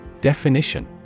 Definition